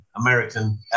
American